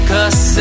Cause